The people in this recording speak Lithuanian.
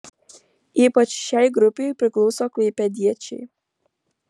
ypač šiai grupei priklauso klaipėdiečiai